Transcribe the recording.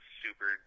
super